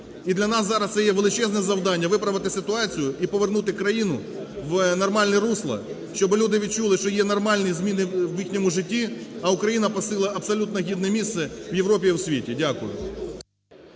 І для нас зараз це є величезне завдання, виправити ситуацію і повернути країну в нормальне русло, щоб люди відчули, що є нормальні зміни в їхньому житті, а Україна посіла абсолютно гідне місце в Європі і світі. Дякую.